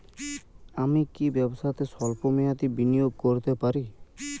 আমি কি ব্যবসাতে স্বল্প মেয়াদি বিনিয়োগ করতে পারি?